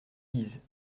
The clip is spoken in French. dise